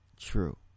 true